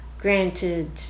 Granted